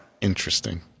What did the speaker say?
interesting